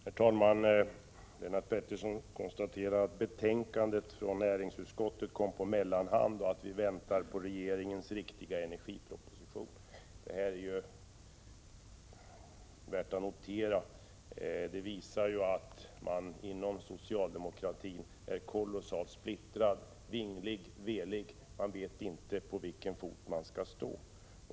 Herr talman! Lennart Pettersson konstaterar att betänkandet från näringsutskottet kom på mellanhand och att vi väntar på regeringens riktiga energiproposition. Detta är värt att notera. Det visar ju att man inom socialdemokratin är kolossalt splittrad, vinglig och velig. Man vet inte på vilken fot man skall stå.